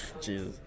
jesus